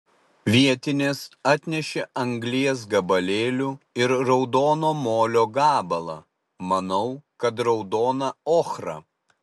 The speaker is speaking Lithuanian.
vietinės atnešė anglies gabalėlių ir raudono molio gabalą manau kad raudoną ochrą